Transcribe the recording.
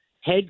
head